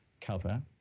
cover